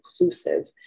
inclusive